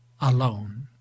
alone